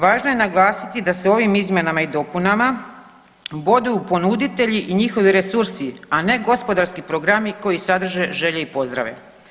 Važno je naglasiti da se ovim izmjenama i dopunama boduju ponuditelji i njihovi resursi, a ne gospodarski programi koji sadrže želje i pozdrave.